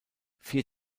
vier